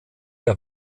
ihr